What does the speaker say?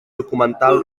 documental